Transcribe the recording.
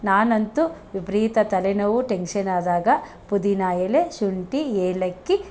ನಾನಂತು ವಿಪರೀತ ತಲೆನೋವು ಟೆಂಗ್ಷನ್ ಆದಾಗ ಪುದೀನ ಎಲೆ ಶುಂಠಿ ಏಲಕ್ಕಿ